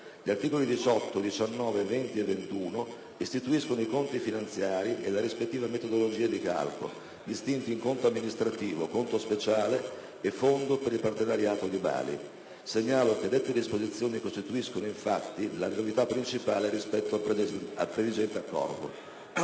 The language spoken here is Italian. Gli articoli 18, 19, 20 e 21 istituiscono i conti finanziari e la rispettiva metodologia di calcolo, distinti in: «conto amministrativo», «conto speciale» e «fondo per il partenariato di Bali». Segnalo che dette disposizioni costituiscono, infatti, la principale novità rispetto al previgente Accordo.